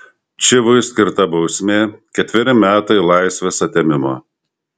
čivui skirta bausmė ketveri metai laisvės atėmimo